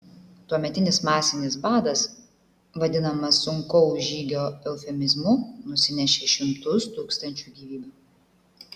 tuometinis masinis badas vadinamas sunkaus žygio eufemizmu nusinešė šimtus tūkstančių gyvybių